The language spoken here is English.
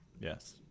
yes